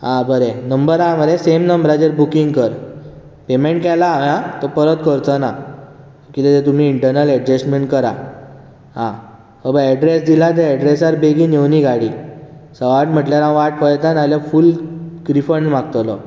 आ बरें नंबर आसा मरे सेम नंबराचेर बुकिंग कर पेमॅण्ट केला हांवें आं तो परत करचो ना कितें जाल्यार तुमी इंटर्नल एडजस्टमॅण्ट करा आं हो पळय एड्रेस दिला ते एड्रेसार बेगीन येवं दी गाडी सवा आठ म्हळ्यार हांव वाट पळयतां ना जाल्यार फूल रिफंड मागतलो